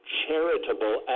charitable